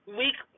week